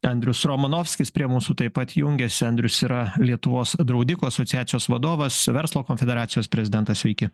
andrius romanovskis prie mūsų taip pat jungiasi andrius yra lietuvos draudikų asociacijos vadovas verslo konfederacijos prezidentas sveiki